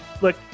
Look